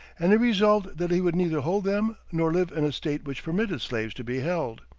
and he resolved that he would neither hold them nor live in a state which permitted slaves to be held.